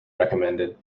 recommended